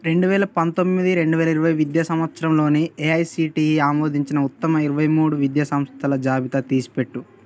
రెండు వేల పంతొమ్మిది రెండు వేల ఇరవై విద్యా సంవత్సరంలోని ఏఐసిటిఈ ఆమోదించిన ఉత్తమ ఇరవై మూడు విద్యా సంస్థల జాబితా తీసిపెట్టు